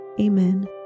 Amen